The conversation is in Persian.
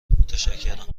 متشکرم